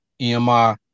EMI